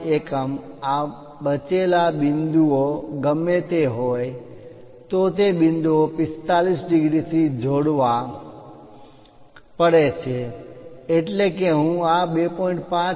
5 એકમ આ બચેલા બિંદુઓ ગમે તે હોય તો તે બિંદુઓ 45 ડિગ્રીથી જોડવા પડે છે એટલે કે હું આ 2